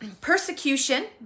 persecution